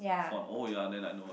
one oh ya then I know why